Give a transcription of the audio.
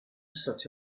such